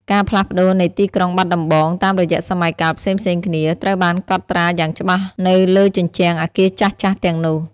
ការផ្លាស់ប្តូរនៃទីក្រុងបាត់ដំបងតាមរយៈសម័យកាលផ្សេងៗគ្នា ត្រូវបានកត់ត្រាយ៉ាងច្បាស់នៅលើជញ្ជាំងអគារចាស់ៗទាំងនោះ។